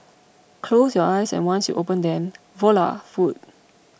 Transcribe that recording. close your eyes and once you open them voila food